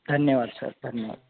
धन्यवाद सर धन्यवाद